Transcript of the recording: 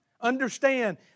understand